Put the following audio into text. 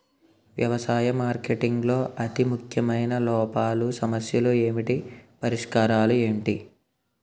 వ్యవసాయ మార్కెటింగ్ లో అతి ముఖ్యమైన లోపాలు సమస్యలు ఏమిటి పరిష్కారాలు ఏంటి?